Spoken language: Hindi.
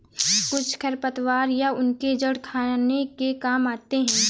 कुछ खरपतवार या उनके जड़ खाने के काम आते हैं